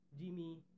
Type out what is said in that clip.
Jimmy